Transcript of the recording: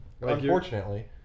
Unfortunately